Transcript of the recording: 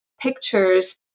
pictures